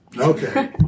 Okay